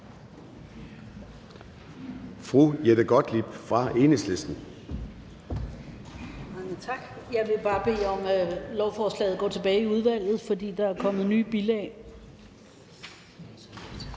fru Jette Gottlieb fra Enhedslisten.